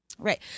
Right